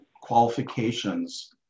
qualifications